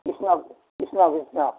Krishna Krishna Krishna